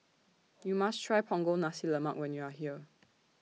YOU must Try Punggol Nasi Lemak when YOU Are here